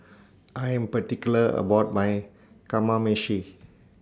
I Am particular about My Kamameshi